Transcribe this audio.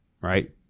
right